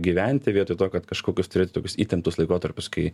gyventi vietoj to kad kažkokius turėti tokius įtemptus laikotarpius kai